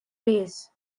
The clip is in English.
ways